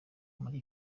muri